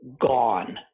gone